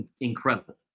incredible